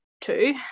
two